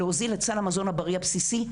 להוזיל את סל המזון הבריא הבסיסי,